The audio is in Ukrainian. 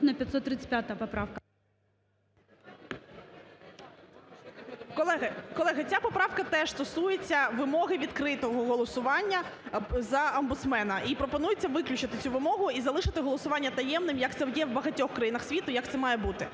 Колеги, ця поправка теж стосується вимоги відкритого голосування за омбудсмена. І пропонується виключити цю вимогу і залишити голосування таємним, як це є в багатьох країнах, як це має бути.